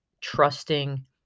trusting